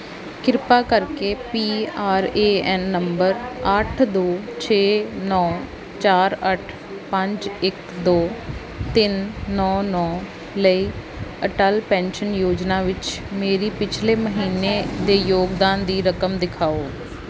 ਕਿਰਪਾ ਕਰਕੇ P R A N number ਅੱਠ ਦੋ ਛੇ ਨੌਂ ਚਾਰ ਅੱਠ ਪੰਜ ਇੱਕ ਦੋ ਤਿੰਨ ਨੌਂ ਨੌਂ ਲਈ ਅਟੱਲ ਪੈਨਸ਼ਨ ਯੋਜਨਾ ਵਿੱਚ ਮੇਰੇ ਪਿਛਲੇ ਮਹੀਨੇ ਦੇ ਯੋਗਦਾਨ ਦੀ ਰਕਮ ਦਿਖਾਓ